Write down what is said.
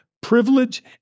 privilege